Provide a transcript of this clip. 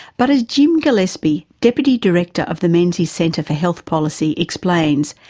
but as jim gillespie, deputy director of the menzies centre for health policy explains,